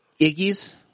Iggy's